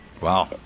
Wow